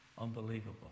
Unbelievable